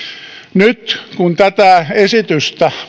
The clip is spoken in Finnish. nyt kun tätä esitystä